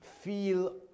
feel